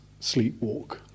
sleepwalk